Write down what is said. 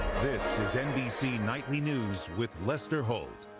this is nbc nightly news with lester holt.